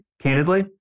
candidly